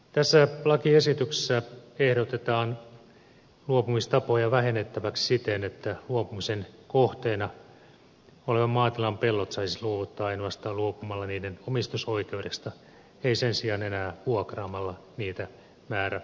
tässä lakiesityksessä ehdotetaan luopumistapoja vähennettäväksi siten että luopumisen kohteena olevan maatilan pellot saisi luovuttaa ainoastaan luopumalla niiden omistusoikeudesta ei sen sijaan enää vuokraamalla niitä määräajaksi